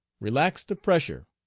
relax the pressure.